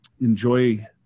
enjoy